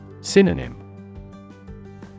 Synonym